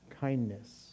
kindness